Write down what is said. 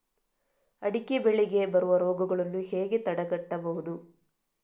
ಅಡಿಕೆ ಬೆಳೆಗೆ ಬರುವ ರೋಗಗಳನ್ನು ಹೇಗೆ ತಡೆಗಟ್ಟಬಹುದು?